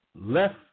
left